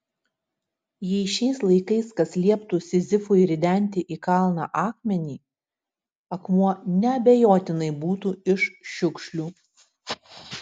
jei šiais laikais kas lieptų sizifui ridenti į kalną akmenį akmuo neabejotinai būtų iš šiukšlių